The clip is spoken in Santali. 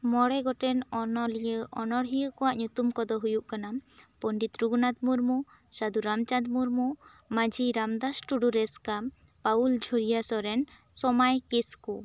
ᱢᱚᱬᱮ ᱜᱚᱴᱮᱱ ᱚᱱᱚᱞᱤᱭᱟᱹ ᱚᱱᱚᱲᱦᱤᱭᱟᱹ ᱠᱚᱣᱟᱜ ᱧᱩᱛᱩᱢ ᱠᱚ ᱫᱚ ᱦᱩᱭᱩᱜ ᱠᱟᱱᱟ ᱯᱚᱱᱰᱤᱛ ᱨᱟᱹᱜᱷᱩᱱᱟᱛᱷ ᱢᱩᱨᱢᱩ ᱥᱟᱹᱫᱷᱩ ᱨᱟᱢᱪᱟᱸᱫᱽ ᱢᱩᱨᱢᱩ ᱢᱟᱺᱡᱷᱤ ᱨᱟᱢᱫᱟᱥ ᱴᱩᱰᱩ ᱨᱮᱥᱠᱟ ᱯᱟᱣᱩᱞ ᱡᱩᱡᱷᱟᱹᱨ ᱥᱚᱨᱮᱱ ᱥᱚᱢᱟᱭ ᱠᱤᱥᱠᱩ